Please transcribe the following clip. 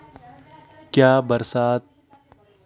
बाजरे के बीज की कौनसी किस्म सबसे अच्छी होती है?